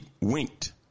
winked